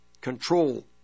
control